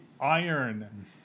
iron